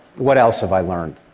what else have i learned?